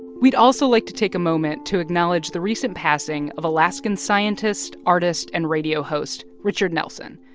we'd also like to take a moment to acknowledge the recent passing of alaskan scientist, artist and radio host richard nelson,